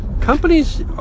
companies